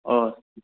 ꯑꯥ